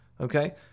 okay